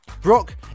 Brock